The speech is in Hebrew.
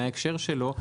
מה ההקשר שלו,